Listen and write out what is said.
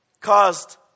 caused